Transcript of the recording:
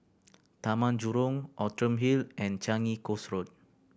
Taman Jurong Outram Hill and Changi Coast Road